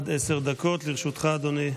בבקשה, עד עשר דקות לרשותך, אדוני,